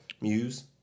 Muse